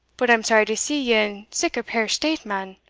but i'm sorry to see ye in sic a peer state, man.